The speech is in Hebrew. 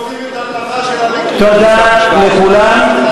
תודה לכולם.